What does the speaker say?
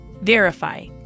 verify